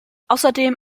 außerdem